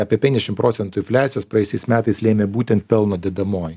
apie penkiasdešim procentų infliacijos praėjusiais metais lėmė būtent pelno dedamoji